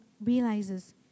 realizes